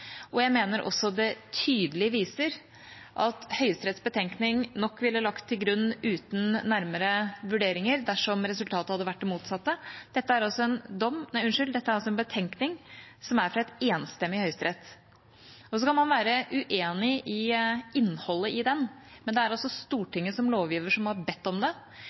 Jeg mener det også tydelig viser at Høyesteretts betenkning nok ville blitt lagt til grunn uten nærmere vurderinger dersom resultatet hadde vært det motsatte. Dette er altså en betenkning som er fra en enstemmig Høyesterett. Man kan være uenig i innholdet i den, men det er altså Stortinget som lovgiver som har bedt om det,